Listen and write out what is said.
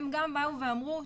הם גם באו ואמרו,